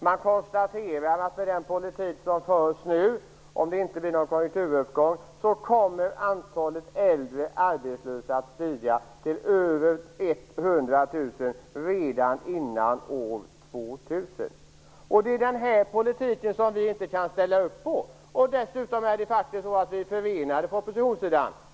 Man konstaterar att med den politik som förs nu kommer antalet äldre arbetslösa att stiga till över 100 000 redan innan år 2000 om det inte blir en konjunkturuppgång. Det är den politiken som vi inte kan ställa upp på. Det är dessutom så att vi faktiskt är förenade på oppositionssidan.